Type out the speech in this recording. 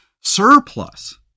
surplus